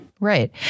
Right